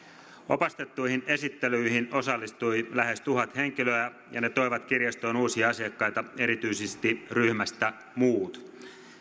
opastettuihin esittelyihin osallistui lähes tuhat henkilöä ja ne toivat kirjastoon uusia asiakkaita erityisesti ryhmästä muut